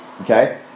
Okay